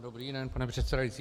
Dobrý den, pane předsedající.